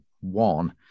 one